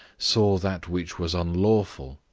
saw that which was unlawful,